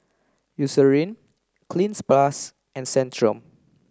Eucerin Cleanz plus and Centrum